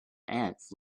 ants